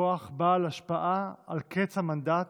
כוח בעל השפעה על קץ המנדט